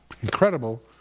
incredible